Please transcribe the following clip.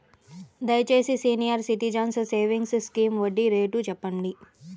దయచేసి senior citizens savings scheme వడ్డీ రేటు చెప్పండి